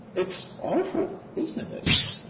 it's awful, isn't it?